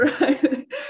right